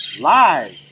live